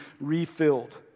refilled